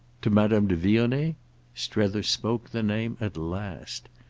to madame de vionnet? strether spoke the name at last.